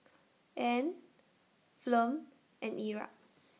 Ann Flem and Erik